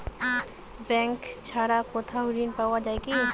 Bank ছাড়া অন্য কোথাও ঋণ পাওয়া যায় কি?